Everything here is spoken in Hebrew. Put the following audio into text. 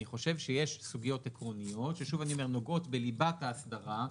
אני חושב שיש סוגיות עקרוניות שנוגעות בליבת האסדרה,